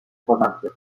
provinces